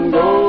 go